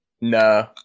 no